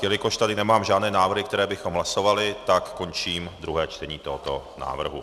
Jelikož tady nemám žádné návrhy, které bychom hlasovali, končím druhé čtení tohoto návrhu.